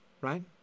right